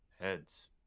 Heads